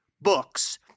books